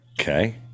okay